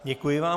Děkuji vám.